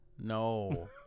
no